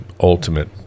ultimate